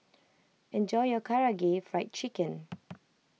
enjoy your Karaage Fried Chicken